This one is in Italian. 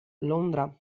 londra